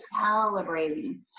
celebrating